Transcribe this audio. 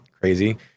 crazy